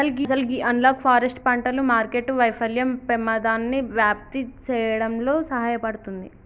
అసలు గీ analogue forest పంటలు మార్కెట్టు వైఫల్యం పెమాదాన్ని వ్యాప్తి సేయడంలో సహాయపడుతుంది